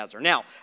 now